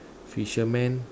fisherman